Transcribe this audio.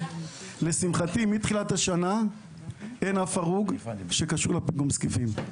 לשמחתי מתחילת השנה אין אף הרוג שקשור לפיגום זקיפים,